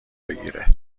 بگیره